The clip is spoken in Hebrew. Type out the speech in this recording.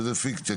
שזה פיקציה.